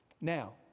Now